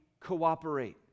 cooperate